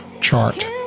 chart